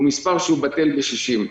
הוא מספר בטל בשישים.